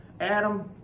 Adam